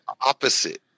opposite